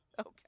Okay